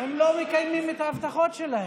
הם לא מקיימים את ההבטחות שלהם.